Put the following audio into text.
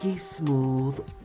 Smooth